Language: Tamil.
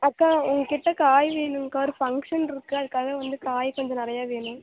அக்கா உங்கக்கிட்டே காய் வேணுங்க்கா ஒரு ஃபங்க்ஷன் இருக்குது அதுக்காக வந்து காய் கொஞ்சம் நிறையா வேணும்